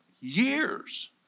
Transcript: years